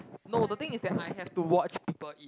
no the thing is that I have to watch people eat